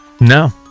No